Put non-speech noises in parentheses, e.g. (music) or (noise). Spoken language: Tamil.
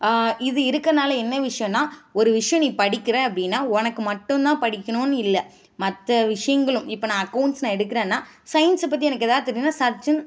இது இருக்கிறனால என்ன விஷயம்னா ஒரு விஷயம் நீ படிக்கிற அப்படின்னா உனக்கு மட்டுந்தான் படிக்கணும்னு இல்லை மற்ற விஷயங்களும் இப்போ நான் அகௌண்ட்ஸ் நான் எடுக்கிறேன்னா சையின்ஸை பற்றி எனக்கு ஏதாவது தெரியணும்னா (unintelligible)